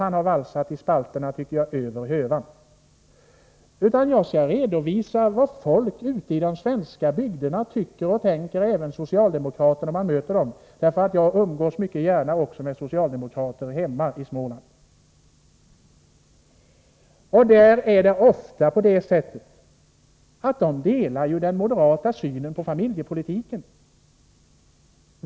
Han har valsat i spalterna över hövan. Jag skall redovisa vad folk ute i de svenska bygderna tycker och tänker — även de socialdemokrater man möter. Jag umgås mycket gärna även med socialdemokrater hemma i Småland. De delar ofta den moderata synen på familjepolitiken.